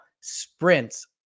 sprints